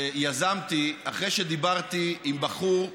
יזמתי אחרי שדיברתי עם בחור,